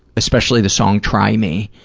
especially the song try me.